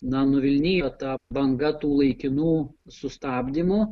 na nuvilnijo ta banga tų laikinų sustabdymų